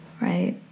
right